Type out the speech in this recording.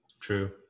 True